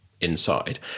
inside